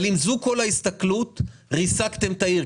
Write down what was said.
אבל אם זו כל ההסתכלות, זה ירסק את העיר.